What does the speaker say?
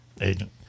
agent